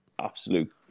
Absolute